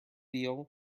been